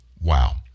Wow